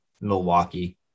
Milwaukee